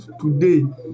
today